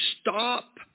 stop